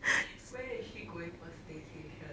where is she going for staycation